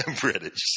British